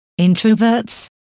Introverts